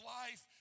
life